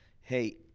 hey